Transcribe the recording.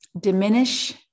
diminish